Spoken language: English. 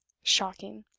shocking!